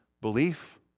belief